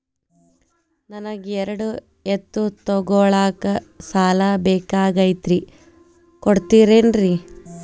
ನನಗ ಎರಡು ಎತ್ತು ತಗೋಳಾಕ್ ಸಾಲಾ ಬೇಕಾಗೈತ್ರಿ ಕೊಡ್ತಿರೇನ್ರಿ?